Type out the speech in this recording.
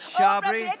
Shabri